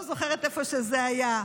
לא זוכרת איפה זה היה.